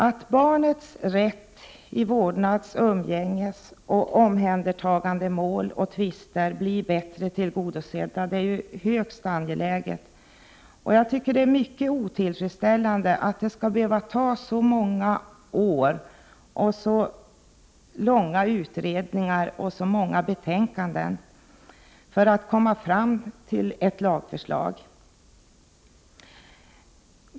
Att barnets rätt i vårdnads-, umgängesoch omhändertagandetvister blir bättre tillgodosedd är högst angeläget. Jag tycker att det är mycket otillfredsställande att det skall behöva ta så många år och kräva så omfattande utredningar och så många betänkanden för att man skall kunna framlägga ett lagförslag.